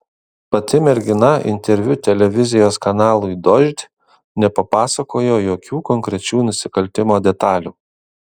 pati mergina interviu televizijos kanalui dožd nepapasakojo jokių konkrečių nusikaltimo detalių